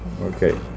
Okay